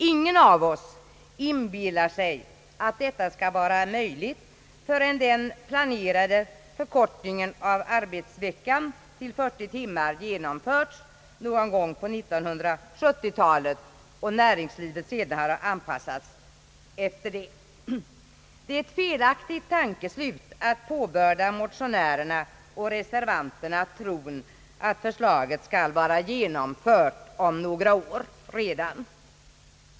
Ingen av oss inbillar sig att detta skall vara möjligt förrän den planerade förkortningen av arbetsveckan till 40 timmar genomförts någon gång på 1970-talet och näringslivet sedan har anpassats till denna. Det är ett felaktigt tankeslut att motionärerna och reservanterna tror att förslaget skall vara genomfört redan om några år.